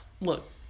look